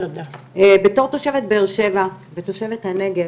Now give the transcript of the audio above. בתור תושבת באר שבע ותושבת הנגב,